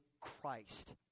Christ